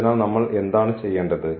അതിനാൽ നമ്മൾ എന്താണ് ചെയ്യേണ്ടത്